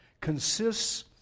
consists